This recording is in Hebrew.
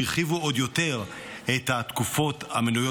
שהרחיבו עוד יותר את התקופות המנויות